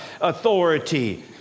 authority